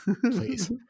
please